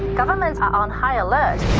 governments are on high alert.